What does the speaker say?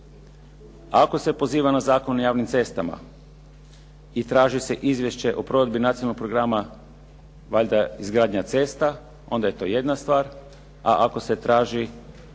Ako se poziva na Zakon o javnim cestama i traži se izvješće o provedbi Nacionalnog programa valjda izgradnja cesta onda je to jedna stvar, a ako se traži